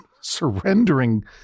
surrendering